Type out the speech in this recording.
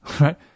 right